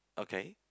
okay